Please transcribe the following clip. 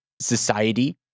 society